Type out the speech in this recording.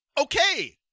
Okay